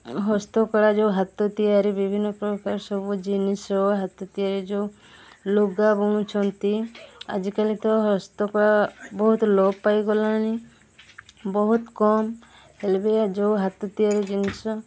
ହସ୍ତକଳା ଯେଉଁ ହାତ ତିଆରି ବିଭିନ୍ନପ୍ରକାର ସବୁ ଜିନିଷ ହାତ ତିଆରି ଯେଉଁ ଲୁଗା ବୁଣୁଛନ୍ତି ଆଜିକାଲି ତ ହସ୍ତକଳା ବହୁତ ଲୋପ ପାଇଗଲାଣି ବହୁତ କମ୍ ହେଲେ ବି ଯେଉଁ ହାତ ତିଆରି ଜିନିଷ